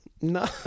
No